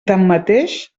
tanmateix